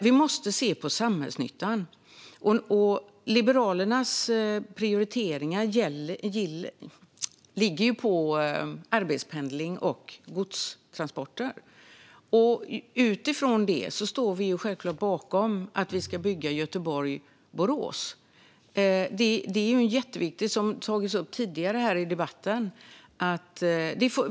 Vi måste se på samhällsnyttan, och Liberalernas prioriteringar ligger på arbetspendling och godstransporter. Utifrån det står vi självklart bakom att vi ska bygga Göteborg-Borås. Det är jätteviktigt, precis som tagits upp tidigare under debatten.